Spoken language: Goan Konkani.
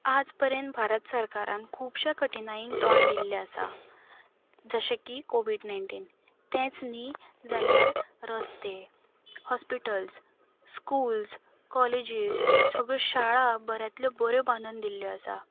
आज पर्यंत भारत सरकारान खुबशे कठिनाईक तोंड दिल्लें आसा जशें की कोवीड नायन्टीन तेंच न्ही जाल्यार रस्ते हॉस्पिटल्स स्कुल्स कॉलेजीस सगल्यो शाळा बऱ्यांतल्यो बऱ्यो बांदून दिल्ल्यो आसा